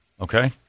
Okay